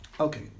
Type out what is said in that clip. Okay